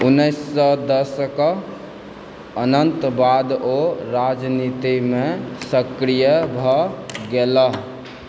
उन्नैस सए दश कऽ अनन्त बाद ओ राजनीतिमे सक्रिय भए गेलाह